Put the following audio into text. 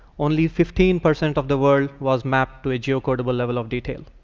only fifteen percent of the world was mapped to a geo-codable level of detail.